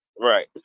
right